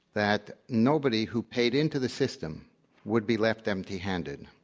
that nobody who paid into the system would be left empty handed.